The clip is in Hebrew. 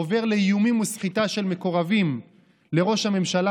עובר לאיומים וסחיטה של מקורבים לראש הממשלה,